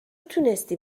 تونستی